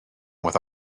with